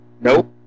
Nope